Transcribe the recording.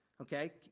okay